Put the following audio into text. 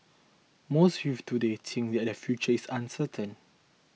most youths today think that their future is uncertain